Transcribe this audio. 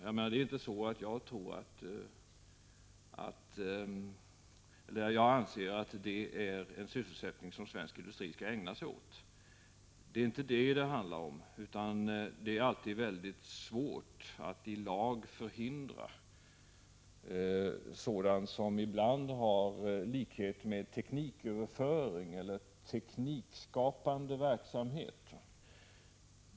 Därmed är inte sagt att jag anser att detta är en sysselsättning som svensk industri skall ägna sig åt, men det är alltid svårt att med lag förhindra sådant som ibland har likhet med tekniköverföring eller teknikskapande verksamhet.